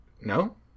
No